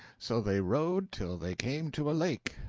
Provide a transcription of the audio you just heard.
so they rode till they came to a lake,